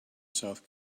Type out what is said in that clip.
south